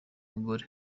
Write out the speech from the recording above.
mugore